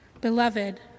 Beloved